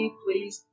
please